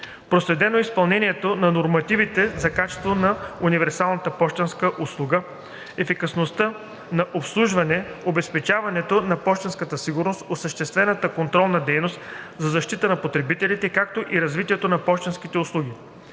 Проследено е изпълнението на нормативите за качество на универсалната пощенска услуга (УПУ), ефикасността на обслужване, обезпечаването на пощенската сигурност, осъществената контролна дейност за защита на потребителите, както и развитието на пощенските услуги.